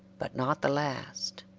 but not the last.